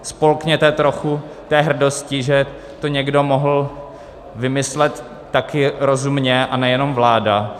Spolkněte trochu té hrdosti, že to někdo mohl vymyslet také rozumně, a nejenom vláda.